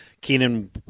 Keenan